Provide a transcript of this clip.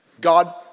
God